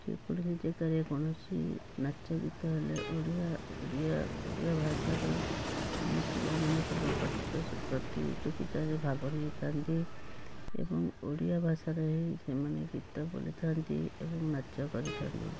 ଯେକୌଣସି ଜାଗାରେ କୌଣସି ନାଚ ଗୀତ ହେଲେ ଓଡ଼ିଆ ଓଡ଼ିଆ ଓଡ଼ିଆ ଭାଷାରେ ଆମ ପିଲାମାନେ ସବୁ ପ୍ରତିଯୋଗିତାରେ ଭାଗ ନେଇଥାଆନ୍ତି ଏବଂ ଓଡ଼ିଆ ଭାଷାର ଏହି ସେମାନେ ଗୀତ ବୋଲିଥାନ୍ତି ଏବଂ ନାଚ କରିଥାନ୍ତି